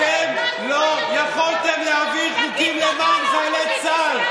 אתם לא יכולתם להעביר חוקים למען חיילי צה"ל.